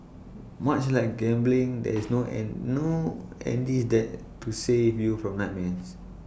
much like gambling there's no and no Andy's Dad to save you from nightmares